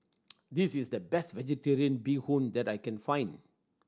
this is the best Vegetarian Bee Hoon that I can find